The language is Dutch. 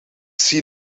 zie